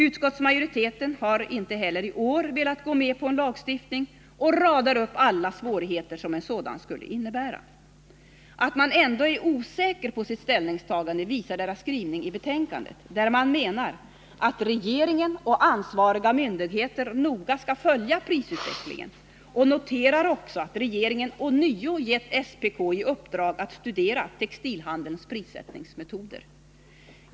Utskottsmajoriteten har inte heller i år velat gå med på en lagstiftning och radar upp alla svårigheter som en sådan skulle innebära. Att man ändå är osäker på sitt ställningstagande visar skrivningen i betänkandet, där man menar att regeringen och de ansvariga myndigheterna noga skall följa prisutvecklingen och också noterar att regeringen ånyo gett SPK i uppdrag att studera textilhandelns prissättningsmetoder.